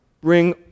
bring